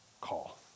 call